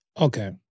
Okay